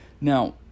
Now